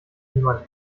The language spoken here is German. niemand